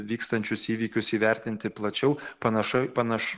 vykstančius įvykius įvertinti plačiau panašoi panaš